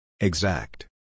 Exact